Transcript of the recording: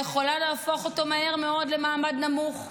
יכול להפוך אותו מהר מאוד למעמד נמוך,